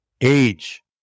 age